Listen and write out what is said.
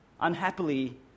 unhappily